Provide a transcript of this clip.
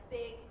big